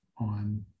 on